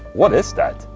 what is that?